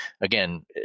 again